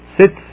sits